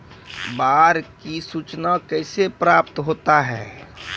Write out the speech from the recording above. बाढ की सुचना कैसे प्राप्त होता हैं?